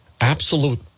absolute